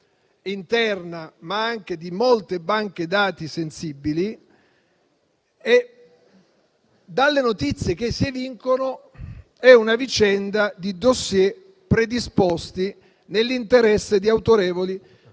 interna, ma anche di molte banche dati sensibili. Dalle notizie che si evincono, è una vicenda di *dossier* predisposti nell'interesse di autorevoli